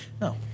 No